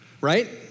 right